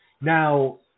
Now